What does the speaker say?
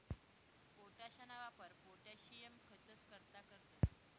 पोटाशना वापर पोटाशियम खतंस करता करतंस